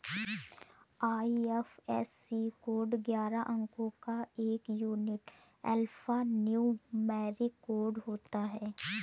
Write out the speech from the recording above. IFSC code ग्यारह अंको का एक यूनिक अल्फान्यूमैरिक कोड होता है